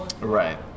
Right